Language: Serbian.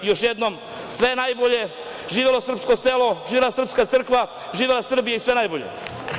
Još jednom, sve najbolje, živelo srpsko selo, živela srpska crkva, živela Srbija i sve najbolje.